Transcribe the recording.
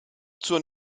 zur